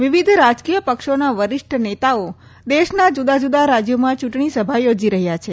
વિવિધ રાજકીય પક્ષોના વરિષ્ઠ નેતાઓ દેશના જૂદાજૂદા રાજયોમાં ચૂંટણીસભા યોજી રહ્યા છે